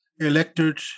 elected